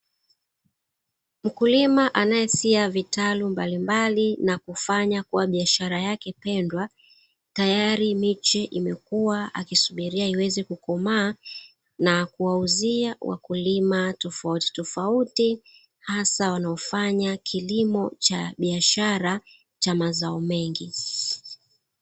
Mkulima anayesia vitalu mbalimbali na kufanya kuwa biashara yake pendwa, tayari miche imekuwa akisubiria iweze kukomaa na kuwauzia wakulima tofautitofauti hasa wanaofanya kilimo cha biashara cha mazao mengi.